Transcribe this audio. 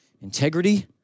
integrity